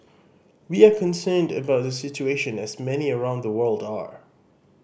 we are concerned about the situation as many around the world are